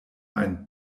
einen